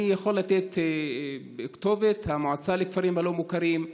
אני יכול לתת את כתובת המועצה לכפרים הלא-מוכרים.